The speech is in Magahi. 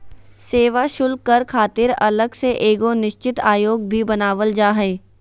सेवा शुल्क कर खातिर अलग से एगो निश्चित आयोग भी बनावल जा हय